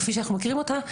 כפי שאנחנו מכירים אותה,